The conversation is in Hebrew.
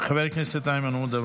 חבר הכנסת איימן עודה,